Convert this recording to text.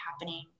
happening